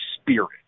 spirit